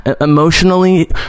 emotionally